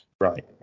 right